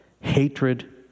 hatred